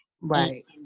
Right